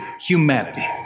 humanity